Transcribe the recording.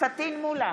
פטין מולא,